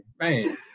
man